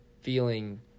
feeling